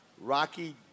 Rocky